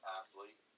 athlete